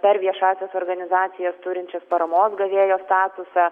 per viešąsias organizacijas turinčias paramos gavėjo statusą